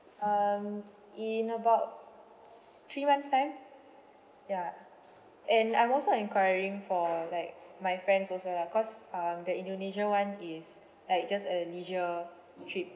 um in about s~ three month's time ya and I'm also enquiring for like my friends also lah cause um the indonesia [one] is like just a leisure trip